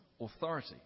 authority